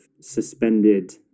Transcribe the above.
suspended